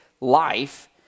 life